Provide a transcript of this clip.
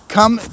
Come